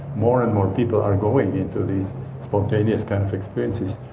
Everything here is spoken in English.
more and more people are going into these spontaneous kind of experiences,